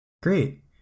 Great